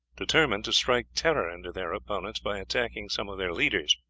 determined to strike terror into their opponents by attacking some of their leaders.